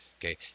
Okay